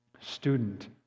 student